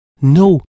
No